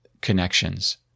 connections